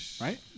right